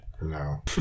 No